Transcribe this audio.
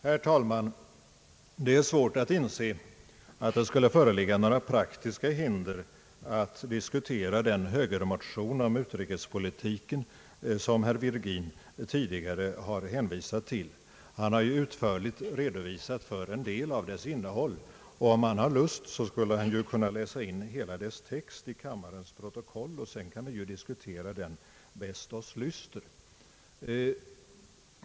Herr talman! Det är svårt att inse att det skulle föreligga några praktiska hinder att diskutera den högermotion om utrikespolitiken som herr Virgin tidigare har hänvisat till. Han har utförligt redovisat en del av dess innehåll, och om han har lust skulle han ju kunna läsa in hela dess text i kammarens protokoll, och sedan kan vi ju diskutera den bäst oss lyster.